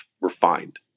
refined